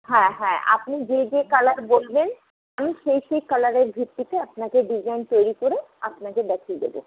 হ্যাঁ হ্যাঁ আপনি যে যে কালার বলবেন আমি সেই সেই কালারের ভিত্তিতে আপনাকে ডিজাইন তৈরি করে আপনাকে দেখিয়ে দেব